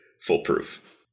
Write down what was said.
foolproof